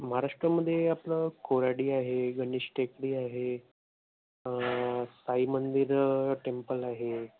महाराष्ट्रामध्ये आपलं कोराडी आहे गणेश टेकडी आहे साई मंदिर टेम्पल आहे